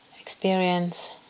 experience